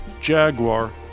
Jaguar